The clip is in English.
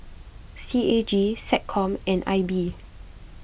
C A G SecCom and I B